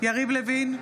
יריב לוין,